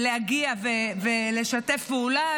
להגיע ולשתף פעולה,